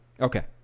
Okay